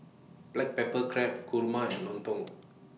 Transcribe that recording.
Black Pepper Crab Kurma and Lontong